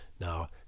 now